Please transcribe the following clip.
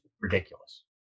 ridiculous